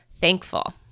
thankful